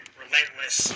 relentless